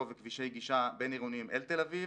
וכבישי גישה בינעירוניים אל תל אביב,